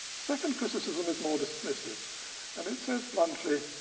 second criticism is more dismissive and it says bluntly,